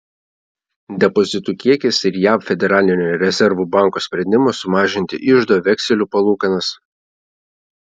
depozitų kiekis ir jav federalinio rezervų banko sprendimas sumažinti iždo vekselių palūkanas